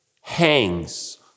hangs